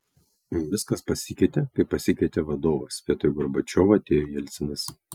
viskas pasikeitė kai pasikeitė vadovas vietoj gorbačiovo atėjo jelcinas